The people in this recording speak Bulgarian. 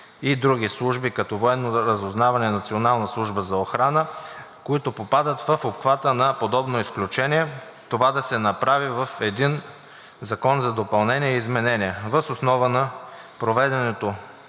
и други служби, като „Военно разузнаване“ и Националната служба за охрана, които попадат в обхвата на подобно изключение, това да се допълни в един Закон за допълнение и изменение. Въз основа на проведеното